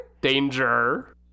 Danger